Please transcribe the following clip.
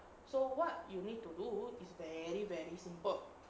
so what you need to do is very very simple